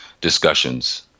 discussions